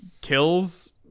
kills